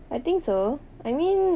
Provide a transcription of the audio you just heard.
I think so I mean